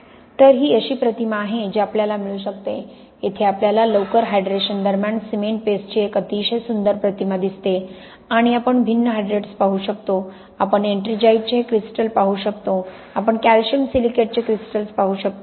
तर ही अशी प्रतिमा आहे जी आपल्याला मिळू शकते येथे आपल्याला लवकर हायड्रेशन दरम्यान सिमेंट पेस्टची एक अतिशय सुंदर प्रतिमा दिसते आणि आपण भिन्न हायड्रेट्स पाहू शकतो आपण एट्रिंजाइटचे हे क्रिस्टल पाहू शकतो आपण कॅल्शियम सिलिकेटचे क्रिस्टल्स पाहू शकतो